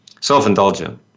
self-indulgent